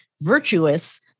virtuous